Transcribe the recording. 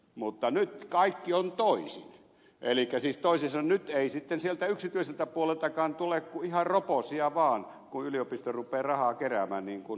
mutta nyt kaikki on toisin elikkä siis toisin sanoen nyt ei sitten sieltä yksityiseltä puoleltakaan tule kuin ihan roposia vaan kun yliopisto rupeaa rahaa keräämään niin kuin ed